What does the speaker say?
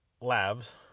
Labs